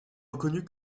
reconnue